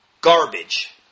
garbage